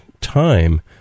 time